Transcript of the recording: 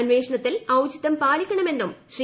അന്വേഷണത്തിൽ ഔചിത്യം പാലിക്കണമെന്നും ശ്രീ